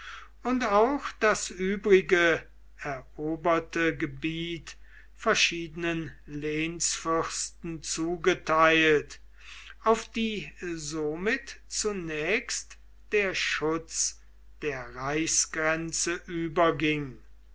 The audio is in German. und auch das übrige eroberte gebiet verschiedenen lehnsfürsten zugeteilt auf die somit zunächst der schutz der reichsgrenze überging